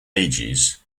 ages